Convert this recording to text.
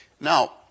Now